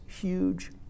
huge